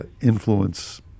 influence